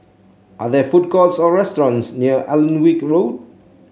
are there food courts or restaurants near Alnwick Road